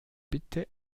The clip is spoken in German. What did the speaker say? bitte